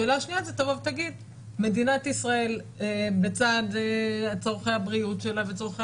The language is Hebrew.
שאלה שנייה זה תבוא ותגיד שמדינת ישראל בצד צרכי הבריאות שלה וצרכי